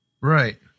Right